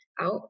out